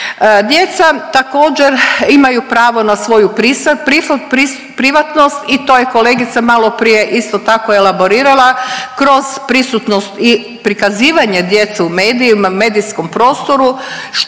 Djeca također imaju pravo na svoju privatnost i to je kolegica maloprije isto tako elaborirala kroz prisutnost i prikazivanje djece u medijima u medijskom prostoru što je